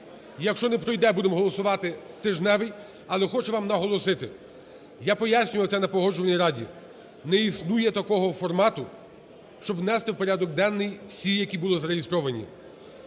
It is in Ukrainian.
Якщо не пройде, будемо голосувати тижневий. Але хочу вам наголосити - я пояснював це на Погоджувальній раді, - не існує такого формату, щоб внести в порядок денний всі, які були зареєстровані.